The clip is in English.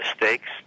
mistakes